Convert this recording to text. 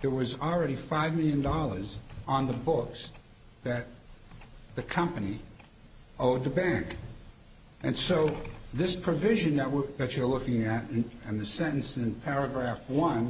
there was already five million dollars on the books that the company owed to bear and so this provision network that you're looking at and the sentence and paragraph one